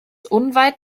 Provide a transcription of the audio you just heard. unweit